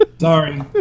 Sorry